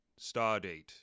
Stardate